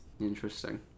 Interesting